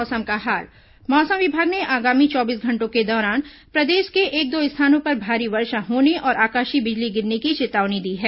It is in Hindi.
मौसम मौसम विभाग ने आगामी चौबीस घंटों के दौरान प्रदेश में एक दो स्थानों पर भारी वर्षा होने और आकाशीय बिजली गिरने की चेतावनी दी है